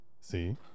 See